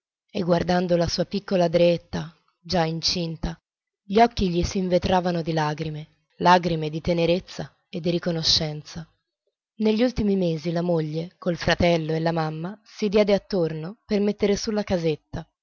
e guardando la sua piccola dreetta già incinta gli occhi gli s'invetravano di lagrime lagrime di tenerezza e di riconoscenza negli ultimi mesi la moglie col fratello e la mamma si diede attorno per metter su la casetta